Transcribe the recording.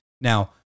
Now